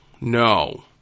No